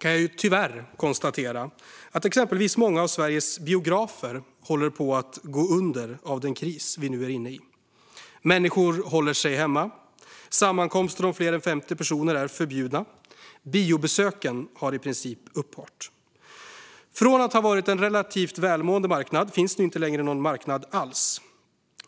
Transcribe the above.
kan jag tyvärr konstatera att exempelvis många av Sveriges biografer håller på att gå under i den kris vi nu är inne i. Människor håller sig hemma, och sammankomster om fler än 50 personer är förbjudna. Biobesöken har i princip upphört. Från att ha varit en relativt välmående marknad finns det inte längre någon marknad alls.